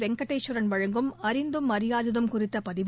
வெங்கடேஸ்வரன் வழங்கும் அறிந்ததும் அறியாததும் குறித்த பதிவு